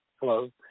Hello